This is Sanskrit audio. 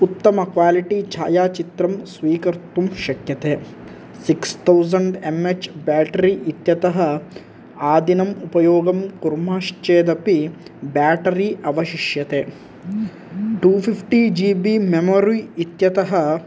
उत्तमक्वालिटि छायाचित्रं स्वीकर्तुं शक्यते six thousand M H battery इत्यतः आदिनम् उपयोगं कुर्मश्चेदपि बेटरी अवशिष्यते two fifty G B memory इत्यतः